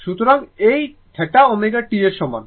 সুতরাং এই θ ω t এর সমান